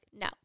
no